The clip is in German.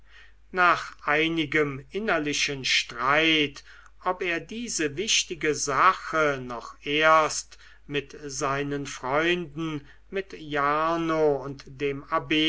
nach einigem innerlichen streit ob er diese wichtige sache noch erst mit seinen freunden mit jarno und dem abb